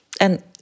and-